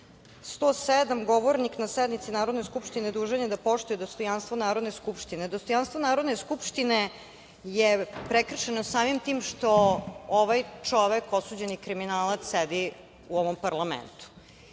107. - govornik na sednici Narodne skupštine dužan je da poštuje dostojanstvo Narodne skupštine. Dostojanstvo Narodne skupštine je prekršeno samim tim što ovaj čovek, osuđeni kriminalac, sedi u ovom parlamentu.